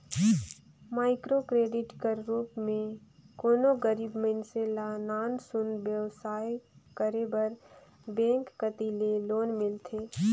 micro credit कर रूप में कोनो गरीब मइनसे ल नान सुन बेवसाय करे बर बेंक कती ले लोन मिलथे